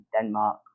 Denmark